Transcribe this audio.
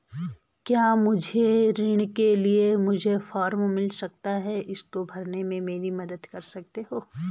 क्या मुझे ऋण के लिए मुझे फार्म मिल सकता है इसको भरने में मेरी मदद कर सकते हो?